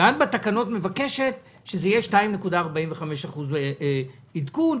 ובתקנות את מבקשת שזה יהיה 2.45% עדכון,